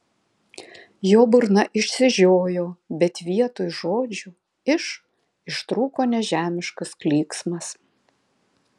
jo burna išsižiojo bet vietoj žodžių iš ištrūko nežemiškas klyksmas